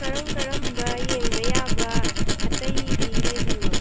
ꯀꯔꯝ ꯀꯔꯝꯕ ꯌꯦꯡꯕ ꯌꯥꯕ ꯑꯇꯩꯗꯤ ꯂꯩꯕꯅꯣ